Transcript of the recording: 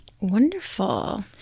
Wonderful